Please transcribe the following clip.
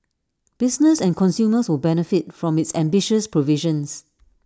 business and consumers will benefit from its ambitious provisions